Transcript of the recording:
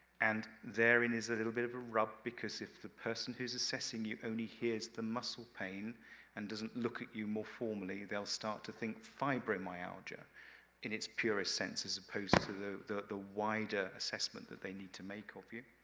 and therein is a little bit of a rub, because if the person who's assessing you only hears the muscle pain and doesn't look at you more formally, they'll start to think fibromyalgia in its purest sense, as opposed to the the wider assessment that they need to make of you,